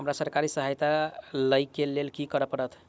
हमरा सरकारी सहायता लई केँ लेल की करऽ पड़त?